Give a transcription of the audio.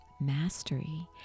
Mastery